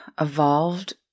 evolved